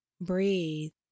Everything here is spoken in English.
Breathe